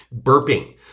burping